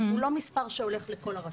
הוא לא הולך לכל הרשויות.